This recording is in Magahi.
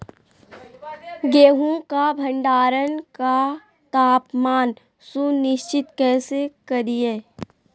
गेहूं का भंडारण का तापमान सुनिश्चित कैसे करिये?